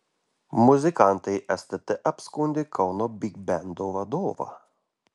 muzikantai stt apskundė kauno bigbendo vadovą